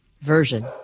version